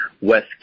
West